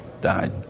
died